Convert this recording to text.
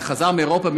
חזר מאירופה,